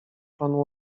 panu